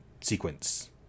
sequence